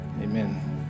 amen